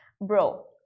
bro